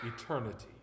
eternity